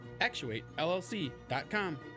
ActuateLLC.com